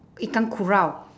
ikan kurau